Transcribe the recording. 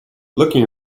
looking